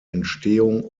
entstehung